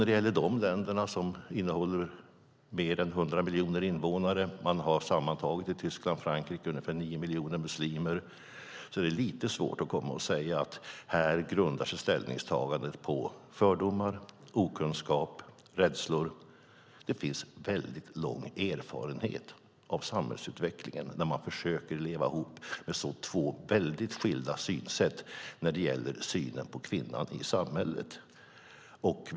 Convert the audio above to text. Dessa länder har mer än 100 miljoner invånare tillsammans. Sammantaget i Tyskland och Frankrike har man ungefär 9 miljoner muslimer. Då är det lite svårt att komma och säga att deras ställningstagande grundar sig på fördomar, okunskap och rädslor. Det finns en väldigt lång erfarenhet av en samhällsutveckling där man försöker leva ihop med två så väldigt skilda synsätt på kvinnan i samhället.